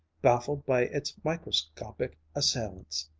baffled by its microscopic assailants.